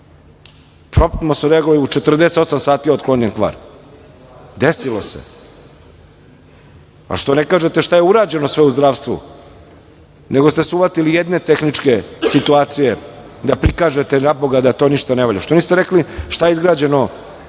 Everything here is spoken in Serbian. Promptno smo reagovali u 48 sati je otklonjen kvar desilo se. Što ne kažete šta je urađeno sve u zdravstvu nego ste se uhvatili jedne tehničke situacije da prikažete zaboga da to ništa ne valja. Što niste rekli šta je izgrađeno